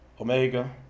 Omega